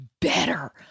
better